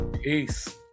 Peace